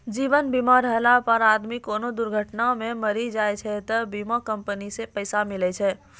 जीवन बीमा रहला पर आदमी कोनो दुर्घटना मे मरी जाय छै त बीमा कम्पनी से पैसा मिले छै